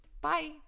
bye